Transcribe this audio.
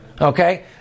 Okay